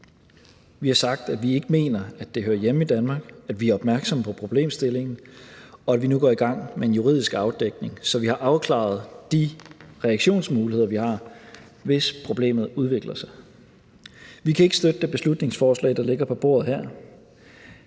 Vi har sagt, at vi ikke mener, at det hører hjemme i Danmark, at vi er opmærksomme på problemstillingen, og at vi nu går i gang med en juridisk afdækning, så vi har afklaret de reaktionsmuligheder, vi har, hvis problemet udvikler sig. Vi kan ikke støtte det beslutningsforslag, der ligger på bordet her.